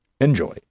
enjoy